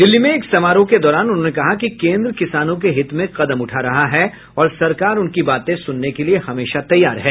दिल्ली में एक समारोह के दौरान उन्होंने कहा कि केन्द्र किसानों के हित में कदम उठा रहा है और सरकार उनकी बातें सुनने के लिए हमेशा तैयार है